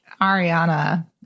Ariana